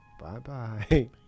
Bye-bye